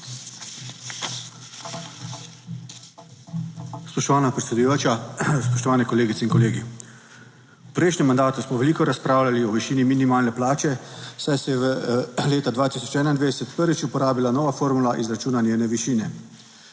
Spoštovana predsedujoča, spoštovane kolegice in kolegi! V prejšnjem mandatu smo veliko razpravljali o višini minimalne plače, saj se je leta 2021 prvič uporabila nova formula izračuna njene višine.